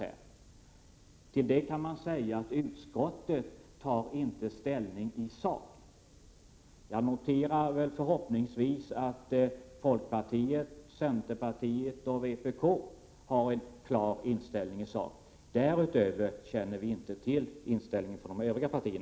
Utskottet tar ju inte ställning i sak. Men jag noterar att folkpartiet och förhoppningsvis även centerpartiet och vpk har en klar positiv inställning i sak. Däremot känner vi inte till inställningen från övriga partier.